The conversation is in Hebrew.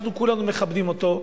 שאנחנו כולנו מכבדים אותו,